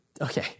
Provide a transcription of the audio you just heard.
Okay